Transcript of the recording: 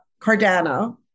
Cardano